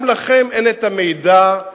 גם לכם אין המידע,